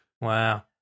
Wow